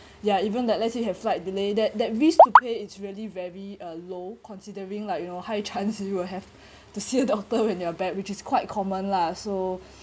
ya even that let say you have flight delay that that risk to pay it's really very uh low considering like your high chance you will have to see a doctor when you are bad which is quite common lah so